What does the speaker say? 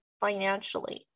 financially